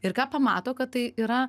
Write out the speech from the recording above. ir ką pamato kad tai yra